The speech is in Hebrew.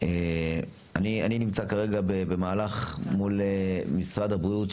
אני נמצא כרגע במהלך מול משרד הבריאות,